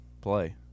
play